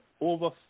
over